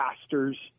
pastors